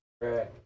Right